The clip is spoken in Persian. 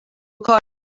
کار